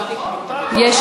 גם לי יש התנגדות.